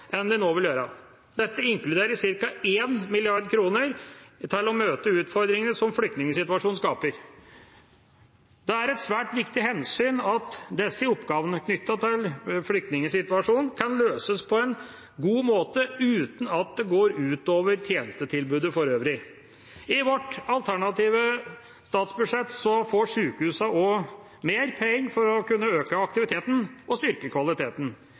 enn de nå vil få. Dette inkluderer ca. 1 mrd. kr til å møte utfordringene som flyktningsituasjonen skaper. Det er et svært viktig hensyn at disse oppgavene knyttet til flyktningsituasjonen kan løses på en god måte uten at det går ut over tjenestetilbudet for øvrig. I vårt alternative statsbudsjett får sykehusene også mer penger for å kunne øke aktiviteten og styrke kvaliteten.